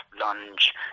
lunge